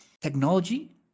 technology